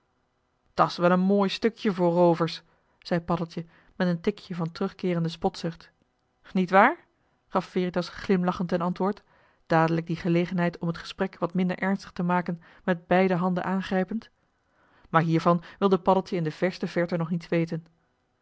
dat s wel een mooi stukje voor roovers zei paddeltje met een tikje van terugkeerende spotzucht nietwaar gaf veritas glimlachend ten antwoord dadelijk die gelegenheid om het gesprek wat minder ernstig te maken met beide handen aangrijpend maar hiervan wilde paddeltje in de verste verte nog niets weten